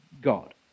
God